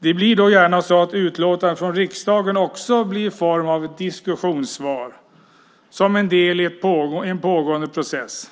Det blir gärna så att utlåtanden från riksdagen också blir i form av ett diskussionssvar, som en del i en pågående process.